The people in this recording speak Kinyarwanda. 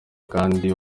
kandi